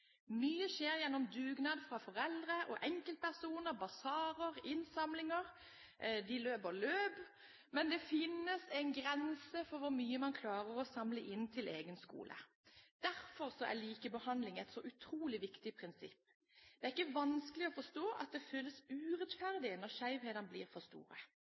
Mye skjer gjennom dugnad fra foreldre og enkeltpersoner, basarer, innsamlinger, de deltar i løp, men det finnes en grense for hvor mye man klarer å samle inn til egen skole. Derfor er likebehandling et så utrolig viktig prinsipp. Det er ikke vanskelig å forstå at det føles urettferdig når skjevhetene blir for store.